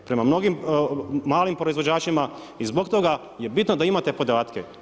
Prema mnogim malim proizvođačima, i zbog toga, je bitno da imate podatke.